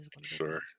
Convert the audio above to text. Sure